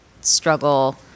struggle